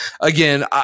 again